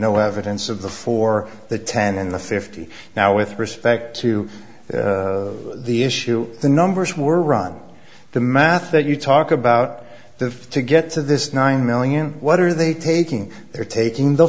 no evidence of the four the ten and the fifty now with respect to the issue the numbers were run the math that you talk about the to get to this nine million what are they taking they're taking the